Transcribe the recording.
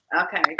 Okay